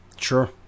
Sure